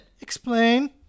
explain